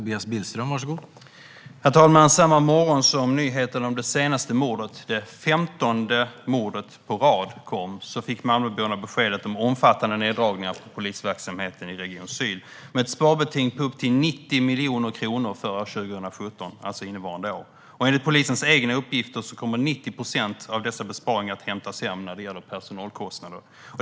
Herr talman! Samma morgon som nyheten om det senaste mordet - det femtonde mordet på rad - kom fick Malmöborna beskedet om omfattande neddragningar av polisverksamheten i Region Syd, med ett sparbeting på upp till 90 miljoner kronor för år 2017. Enligt polisens egna uppgifter kommer 90 procent av dessa besparingar att göras via sänkta personalkostnader.